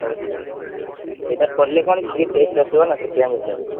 ହଉ ଠିକ୍ ସେଟା ପଡ଼ିଲେ କ'ଣ କି ଟିକେ ଟେଷ୍ଟ୍ ଆସିବ ନା ସେଥିପାଇଁ ପଚାରିଲି